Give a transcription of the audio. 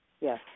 Yes